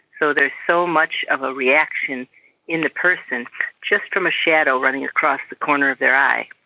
so there's so much of a reaction in the person just from a shadow running across the corner of their eye.